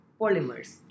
polymers